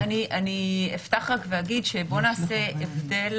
אז אני אפתח רק ואגיד שבואו נעשה הבדל